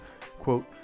quote